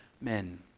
men